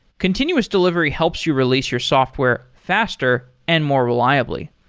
continuous delivery helps you release your software faster and more reliably.